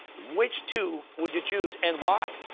which two would you choose, and why?